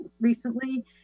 recently